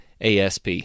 ASP